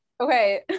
okay